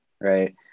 right